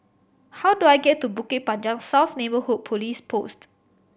how do I get to Bukit Panjang South Neighbourhood Police Post